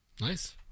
nice